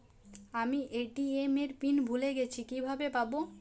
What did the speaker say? আমি এ.টি.এম এর পিন ভুলে গেছি কিভাবে পাবো?